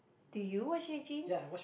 do you wash your jeans